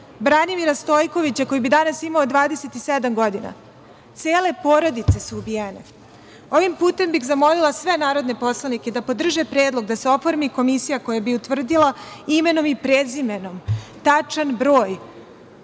Branimira Stojkovića, koji bi danas imao 27 godina. Cele porodice su ubijene. Ovim putem bih zamolila sve narodne poslanike da podrže predlog da se oformi komisija koja bi utvrdila imenom i prezimenom tačan broj